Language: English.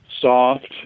soft